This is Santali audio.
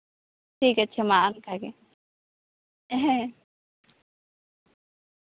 ᱴᱷᱤᱠ ᱟᱪᱷᱮ ᱢᱟ ᱚᱱᱠᱟ ᱜᱮ ᱦᱮᱸ